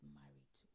married